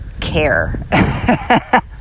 care